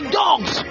dogs